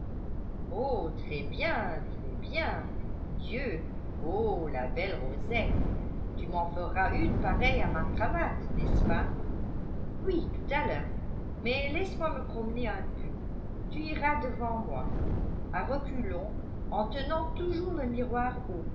oh très-bien très-bien dieu oh la belle rosette tu m'en feras une pareille à ma cravate n'est-ce pas oui tout à l'heure mais laisse-moi me promener un peu tu iras devant moi à reculons en tenant toujours le miroir